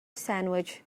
sandwich